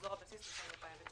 מחזור הבסיס בשנת 2019)